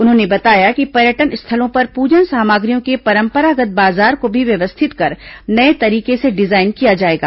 उन्होंने बताया कि पर्यटन स्थलों पर पूजन सामग्रियों के परंपरागत् बाजार को भी व्यवस्थित कर नये तरीके से डिजाइन किया जाएगा